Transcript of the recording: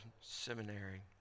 Seminary